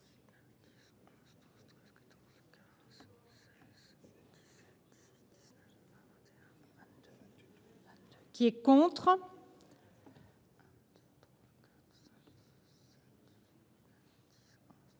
qui est contre